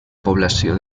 població